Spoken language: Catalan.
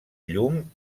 llum